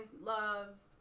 loves